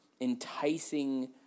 enticing